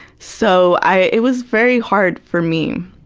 so, i it was very hard for me.